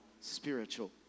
spiritual